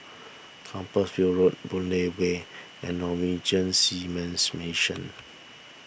Road Boon Lay Way and Norwegian Seamen's Mission